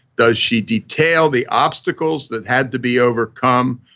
does she detail the obstacles that had to be overcome,